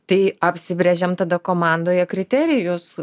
tai apsibrėžiam tada komandoje kriterijus